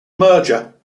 merger